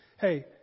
Hey